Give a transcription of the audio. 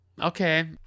okay